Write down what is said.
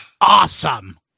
Awesome